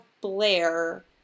blair